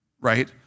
right